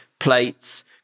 plates